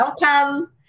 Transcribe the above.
welcome